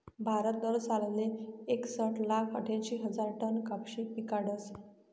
भारत दरसालले एकसट लाख आठ्यांशी हजार टन कपाशी पिकाडस